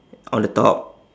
on the top